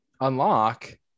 unlock